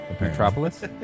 Metropolis